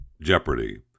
Jeopardy